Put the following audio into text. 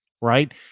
Right